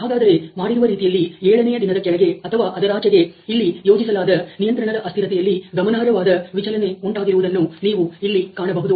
ಹಾಗಾದರೆ ಮಾಡಿರುವ ರೀತಿಯಲ್ಲಿ ಏಳನೆಯ ದಿನದ ಕೆಳಗೆ ಅಥವಾ ಅದರಾಚೆಗೆ ಇಲ್ಲಿ ಯೋಜಿಸಲಾದ ನಿಯಂತ್ರಣದ ಅಸ್ಥಿರತೆಯಲ್ಲಿ ಗಮನಾರ್ಹವಾದ ವಿಚಲನೆ ಉಂಟಾಗಿರುವುದನ್ನು ನೀವು ಇಲ್ಲಿ ಕಾಣಬಹುದು